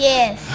Yes